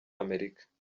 amerika